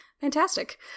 Fantastic